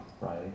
right